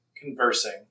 conversing